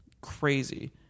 crazy